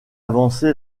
avancer